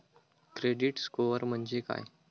Credit score म्हणजे काय?